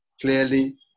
clearly